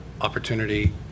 opportunity